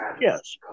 Yes